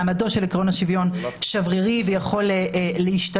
מעמדו של עיקרון השוויון שברירי, ויכול להשתנות.